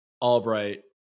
Albright